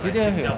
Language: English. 这个也 heng